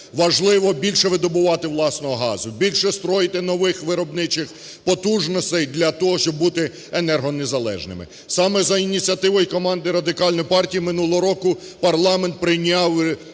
важливо більше видобувати власного газу, більше стройте нових виробничих потужностей для того, щоб бути енергонезалежними. Саме за ініціативи команди Радикальної партії минулого року парламент прийняв